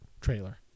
trailer